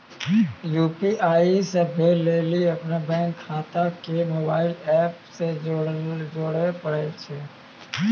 UPI सेबा लेली अपनो बैंक खाता के मोबाइल एप से जोड़े परै छै